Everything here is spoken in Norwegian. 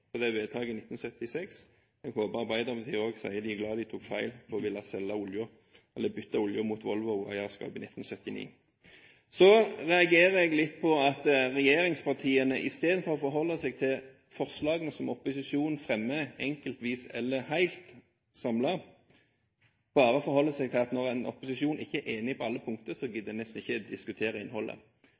på at regjeringspartiene i stedet for å forholde seg til forslagene som opposisjonen fremmer enkeltvis eller samlet, bare forholder seg til at når opposisjonen ikke er enig på alle punkter, gidder en nesten ikke diskutere innholdet.